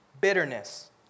bitterness